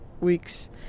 weeks